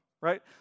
right